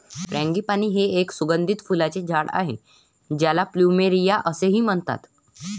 frangipani हे एक सुगंधी फुलांचे झाड आहे ज्याला प्लुमेरिया असेही म्हणतात